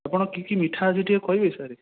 ଆପଣ କି କି ମିଠା ଅଛି ଟିକିଏ କହିବେ ସାର୍